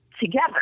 together